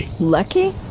Lucky